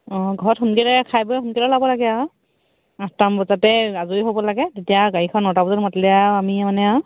অঁ ঘৰত সোনকালে খাই বৈ সোনকালে ওলাব লাগে আৰু আঠটামান বজাতে আজৰি হ'ব লাগে তেতিয়া গাড়ীখন নটা বজাত মাতিলে আৰু আমি মানে আৰু